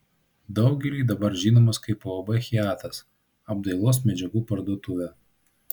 daugeliui dabar žinomas kaip uab hiatas apdailos medžiagų parduotuvė